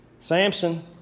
Samson